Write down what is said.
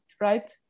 Right